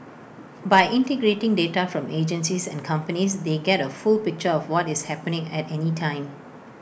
by integrating data from agencies and companies they get A full picture of what is happening at any time